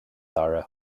dara